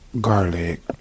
garlic